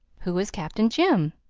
who is captain jim?